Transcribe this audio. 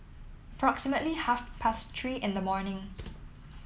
approximately half past Three in the morning